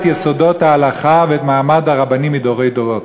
יסודות ההלכה ואת מעמד הרבנים מדורי דורות.